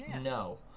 No